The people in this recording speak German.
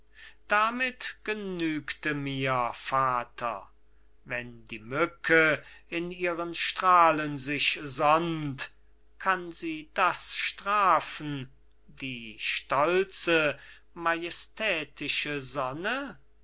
damit genügte mir vater wenn die mücke in ihren strahlen sich sonnt kann sie das strafen die stolze majestätische sonne